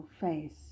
face